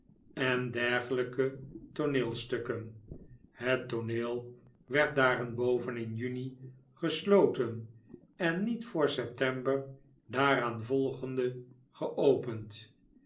en dergelyke tooneelstukken het tooneel werd daarenboven in juni gesloten en niet voor september daaraanvolgende geopend